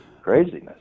Craziness